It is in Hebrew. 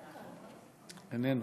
היושב-ראש,